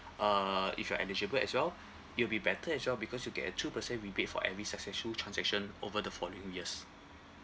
uh if you're eligible as well it'll be better as well because you get a two percent rebate for every successful transaction over the following years